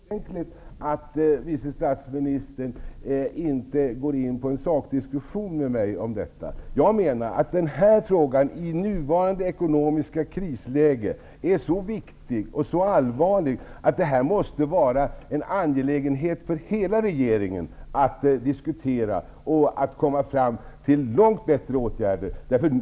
Herr talman! Jag tycker att det är ganska olyckligt att vice statsministern inte tänker gå in på en sakdiskussion med mig om detta. Den här frågan är i nuvarande ekonomiska krisläge så viktig och allvarlig att det måste vara en angelägenhet för hela regeringen att diskutera den och vidta långt bättre åtgärder.